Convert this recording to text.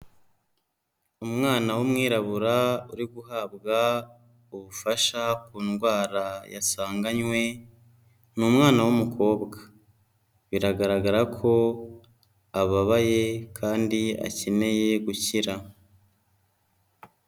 Umwana w'mwirabura uri guhabwa ubufasha ku ndwara yasanganywe, ni umwana w'umukobwa. Biragaragara ko ababaye kandi akeneye gukira.